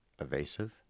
evasive